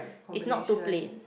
it's not too plain